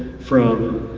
from.